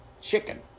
chicken